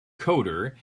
coder